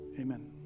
Amen